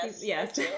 Yes